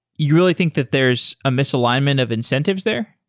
you really think that there's a misalignment of incentives there?